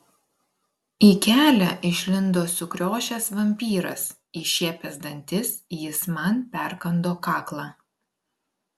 į kelią išlindo sukriošęs vampyras iššiepęs dantis jis man perkando kaklą